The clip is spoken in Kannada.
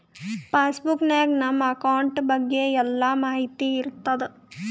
ಪಾಸ್ ಬುಕ್ ನಾಗ್ ನಮ್ ಅಕೌಂಟ್ ಬಗ್ಗೆ ಎಲ್ಲಾ ಮಾಹಿತಿ ಇರ್ತಾದ